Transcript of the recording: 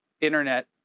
internet